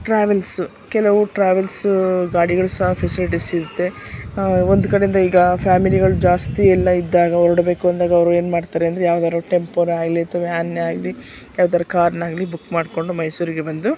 travels ಕೆಲವು travels ಗಾಡಿಗಳು ಸಹ ಫೆಸಿಲಿಟಿಸಿರುತ್ತೆ ಒಂದು ಕಡೆಯಿಂದ ಈಗ ಫ್ಯಾಮಿಲಿಗಳು ಜಾಸ್ತಿ ಎಲ್ಲ ಇದ್ದಾಗ ಹೊರಡ್ಬೇಕು ಅಂದಾಗ ಅವರು ಏನ್ಮಾಡ್ತಾರೆ ಅಂದರೆ ಯಾವ್ದಾದ್ರೂ ಟೆಂಪೋನೇ ಆಗಲಿ ಅಥವಾ ವ್ಯಾನ್ನೇ ಆಗಲಿ ಯಾವ್ದಾದ್ರೂ ಕಾರನ್ನಾಗ್ಲಿ ಬುಕ್ ಮಾಡಿಕೊಂಡು ಮೈಸೂರಿಗೆ ಬಂದು